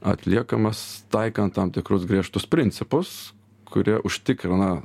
atliekamas taikant tam tikrus griežtus principus kurie užtikrina